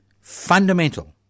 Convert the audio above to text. Fundamental